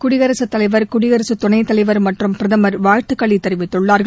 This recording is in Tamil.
குடியரசு தலைவர் குடியரசு துணை தலைவர் மற்றும் பிரதமர்வாழ்த்துக்களை தெரிவித்துள்ளார்கள்